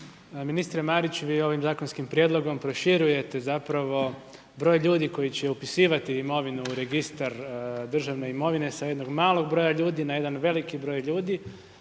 Ministre Marić, vi ovim zakonskim prijedlogom proširujete zapravo broj ljudi koji će upisivati imovinu u registar državne imovine, sa jednog malog broja ljudi, na jedan veliki broj ljudi,